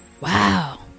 Wow